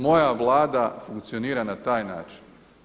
Moja Vlada funkcionira na taj način.